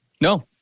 No